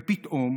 ופתאום,